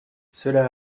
cela